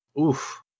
oof